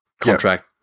contract